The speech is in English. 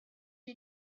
you